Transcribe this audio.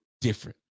different